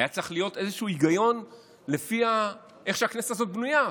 היה צריך להיות איזשהו היגיון לפי איך שהכנסת בנויה,